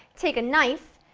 take a knife,